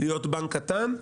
להיות בנק קטן.